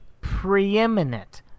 preeminent